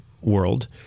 world